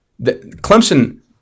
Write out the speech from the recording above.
Clemson